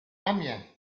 amiens